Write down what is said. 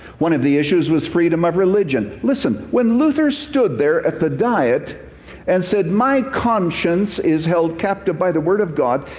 one of the issues was freedom of religion. listen, when luther stood there at the diet and said, my conscience is held captive by the word of god,